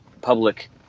public